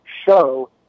show